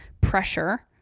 pressure